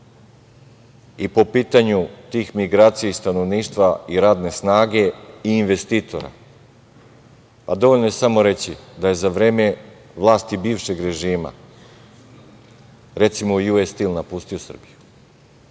i po pitanju tih migracija i stanovništva i radne snage i investitora, pa dovoljno je samo reći da je za vreme vlasti bivšeg režima, recimo, „Ju-es stil“ napustio Srbiju,